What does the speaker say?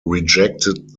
rejected